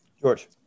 George